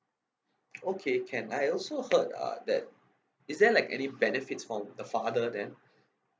okay can I also heard uh that is there like any benefits for the father then